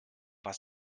was